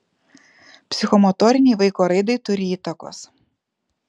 psichomotorinei vaiko raidai turi įtakos